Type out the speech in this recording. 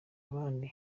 abandi